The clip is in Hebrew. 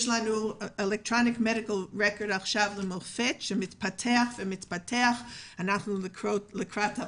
יש לנו מערכת תיעוד אלקטרוני רפואי למופת שמתפתחת ומתפתחת שנותנת לנו